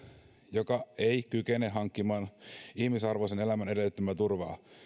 joka ei kykene hankkimaan ihmisarvoisen elämän edellyttämää turvaa